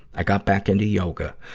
i got back into yoga.